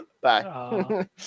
Bye